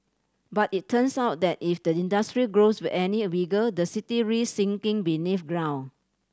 but it turns out that if the industry grows with any bigger the city risk sinking beneath ground